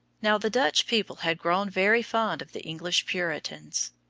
now the dutch people had grown very fond of the english puritans.